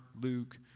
Luke